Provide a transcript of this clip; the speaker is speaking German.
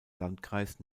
landkreis